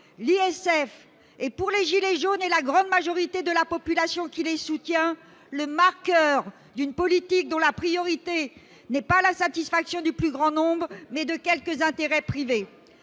l'ISF est, pour les « gilets jaunes » et pour la grande majorité de la population qui les soutient, le marqueur d'une politique dont la priorité est la satisfaction non pas des intérêts du plus grand nombre, mais de quelques intérêts privés.